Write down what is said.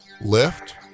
Lift